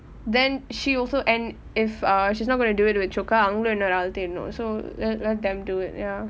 then she also and if uh she's not going to do it with choka அவங்களும் இன்னொரு ஆளு தேடணும்:avangalum innoru aalu thedanum so let let them do it ya